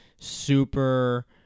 super